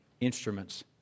Instruments